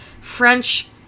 French